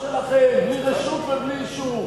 פלשתם לאדמות שלא שלכם בלי רשות ובלי אישור,